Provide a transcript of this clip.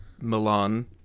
Milan